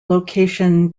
location